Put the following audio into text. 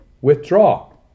withdraw